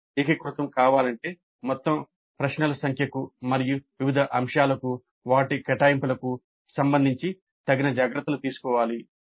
ఇది ఏకీకృతం కావాలంటే మొత్తం ప్రశ్నల సంఖ్యకు మరియు వివిధ అంశాలకు వాటి కేటాయింపులకు సంబంధించి తగిన జాగ్రత్తలు తీసుకోవాలి